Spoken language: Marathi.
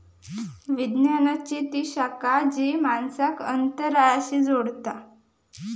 विज्ञानाची ती शाखा जी माणसांक अंतराळाशी जोडता